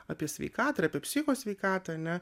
apie sveikatą psicho sveikatą ane